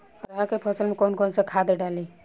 अरहा के फसल में कौन कौनसा खाद डाली?